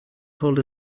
told